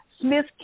Smith